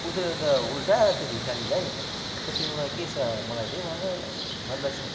उत्रेर त उल्टा त्यो भिखारीलाई खै तिम्रोमा के छ मलाई देऊ भनेर भन्दछ